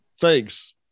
Thanks